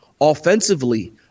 Offensively